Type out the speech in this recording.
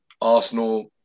Arsenal